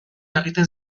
egiten